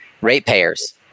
ratepayers